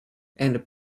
and